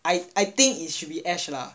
I I think it should be ash lah